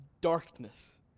darkness